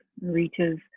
reaches